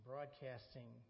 Broadcasting